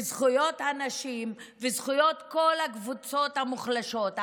זכויות הנשים וזכויות כל הקבוצות המוחלשות.